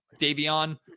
Davion